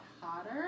hotter